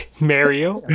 Mario